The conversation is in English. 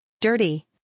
Dirty